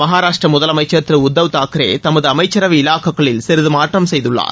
மகாராஷ்ட்ர முதலமைச்சர் திரு உத்தவ் தாக்ரே தமது அமைச்சரவை இலாக்காக்களில் சிறிது மாற்றம் செய்துள்ளார்